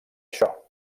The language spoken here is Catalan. això